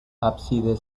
ábside